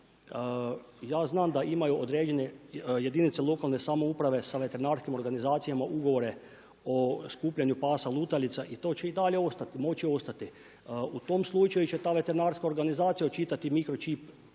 Ja znam da imaju određene jedinice lokalne samouprave sa veterinarskim organizacijama ugovore o skupljanju pasa lutalica i to će i dalje moći ostati. U tom slučaju će ta veterinarska organizacija učitati mikročip